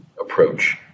approach